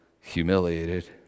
humiliated